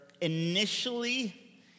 initially